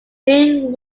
during